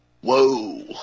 Whoa